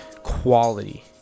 quality